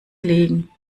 legen